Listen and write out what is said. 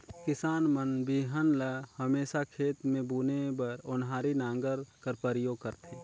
किसान मन बीहन ल हमेसा खेत मे बुने बर ओन्हारी नांगर कर परियोग करथे